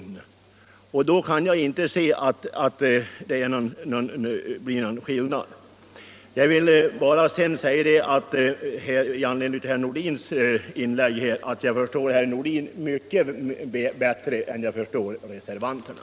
Jag kan därför inte se att det blir någon skillnad. I anledning av herr Nordins inlägg vill jag säga att jag förstår herr Nordin mycket bättre än jag förstår reservanterna.